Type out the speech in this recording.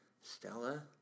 Stella